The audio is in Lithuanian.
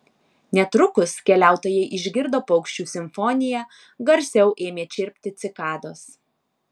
netrukus keliautojai išgirdo paukščių simfoniją garsiau ėmė čirpti cikados